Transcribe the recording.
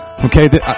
Okay